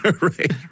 right